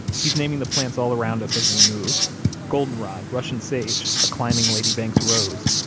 he's naming the plants all around us as we move goldenrod, russian sage, a climbing lady banks rose.